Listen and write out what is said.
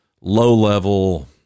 low-level